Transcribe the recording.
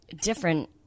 different